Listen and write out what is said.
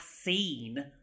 scene